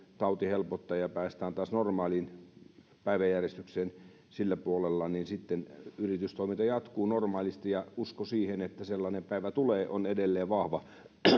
tauti helpottaa ja ja päästään taas normaaliin päiväjärjestykseen sillä puolella niin yritystoiminta jatkuu normaalisti ja usko siihen että sellainen päivä tulee on edelleen vahva